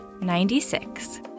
ninety-six